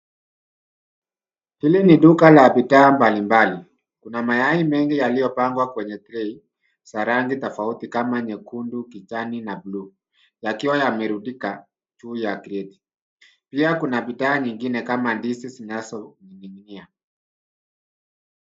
Ile ni duka ya bidhaa mbali mbali kuna mayai mengi yalipangwa kwenye trei za rangi tofauti kama nyekundu, kijani na buluu yakiwa yamerudika juu ya kreti pia kuna bidhaa nyingine kama ndizi zinazoninginia